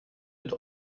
mit